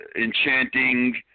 enchanting